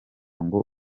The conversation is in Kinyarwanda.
ngo